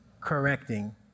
correcting